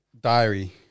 diary